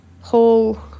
whole